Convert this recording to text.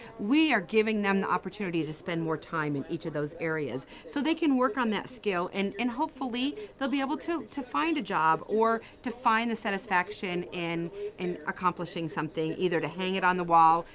we are giving them the opportunity to spend more time in each of those areas, so they can work on that skill, and hopefully they'll be able to to find a job or to find the satisfaction in in accomplishing something, either to hang it on the wall,